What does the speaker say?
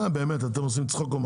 לא הבנתי, אתם עושים צחוק?